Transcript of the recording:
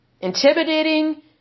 intimidating